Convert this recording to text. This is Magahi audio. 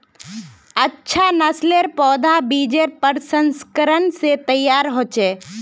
अच्छा नासलेर पौधा बिजेर प्रशंस्करण से तैयार होचे